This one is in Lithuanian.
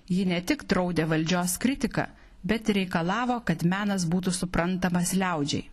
ji ne tik draudė valdžios kritiką bet ir reikalavo kad menas būtų suprantamas liaudžiai